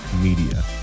media